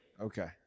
Okay